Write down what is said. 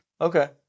Okay